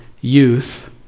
youth